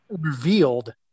revealed